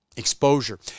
exposure